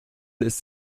ist